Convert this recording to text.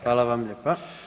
Hvala vam lijepa.